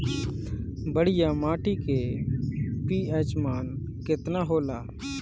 बढ़िया माटी के पी.एच मान केतना होला?